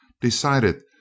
decided